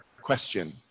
question